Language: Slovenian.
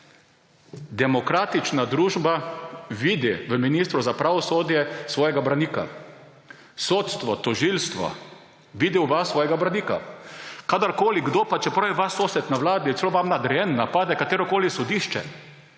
Demokratična družba vidi v ministru za pravosodje svojega branika. Sodstvo, tožilstvo vidi v vas svojega branika. Kadarkoli kdo, pa čeprav je vaš sosed na Vladi, je celo vam nadrejen, napade katerokoli sodišče,